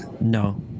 No